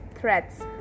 threats